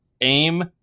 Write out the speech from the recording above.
aim